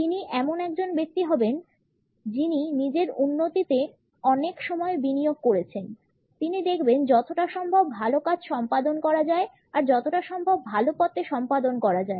তিনি এমন একজন ব্যক্তি হবেন যিনি নিজের উন্নতিতে অনেক সময় বিনিয়োগ করেছেন তিনি দেখবেন যতটা সম্ভব ভালো কাজ সম্পাদন করা যায় আর যতটা সম্ভব ভালো পথে সম্পাদন করা যায়